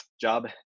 job